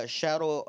shadow